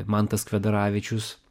mantas kvedaravičius